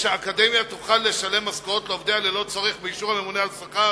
והאקדמיה תוכל לשלם משכורות לעובדיה ללא צורך באישור הממונה על השכר